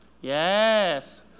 Yes